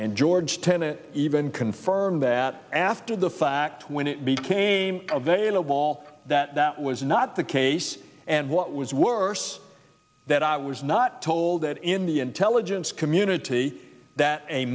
and george tenet even confirmed that after the fact when it became available that that was not the case and what was worse that i was not told that in the intelligence community that a